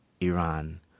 Iran